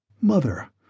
Mother